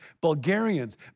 Bulgarians